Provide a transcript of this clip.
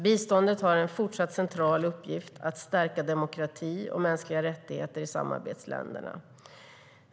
Biståndet har en fortsatt central uppgift att stärka demokrati och mänskliga rättigheter i samarbetsländerna.